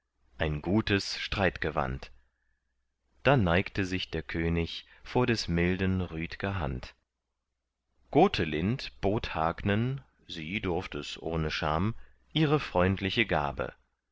ein gutes streitgewand da neigte sich der könig vor des milden rüdger hand gotelind bot hagnen sie durft es ohne scham ihre freundliche gabe